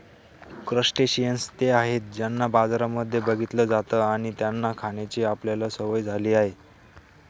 crustaceans ते आहेत ज्यांना बाजारांमध्ये बघितलं जात आणि त्यांना खाण्याची आपल्याला सवय झाली आहे